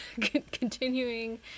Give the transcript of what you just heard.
continuing